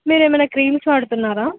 మీరు ఏమైనా క్రీమ్స్ వాడుతున్నారా